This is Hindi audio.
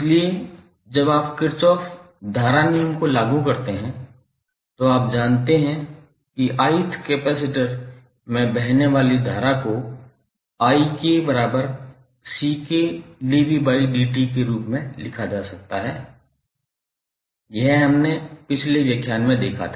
इसलिए जब आप किरचॉफ धारा नियम को लागू करते हैं तो आप जानते हैं कि ith कैपेसिटर में बहने वाली धारा को के रूप में लिखा जा सकता है यह हमने पिछले व्याख्यान में देखा था